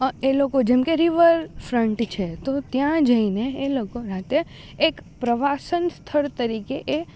લોકો જેમકે રિવરફ્રન્ટ છે તો ત્યાં જઈને એ લોકો રાતે એક પ્રવાસન સ્થળ તરીકે એ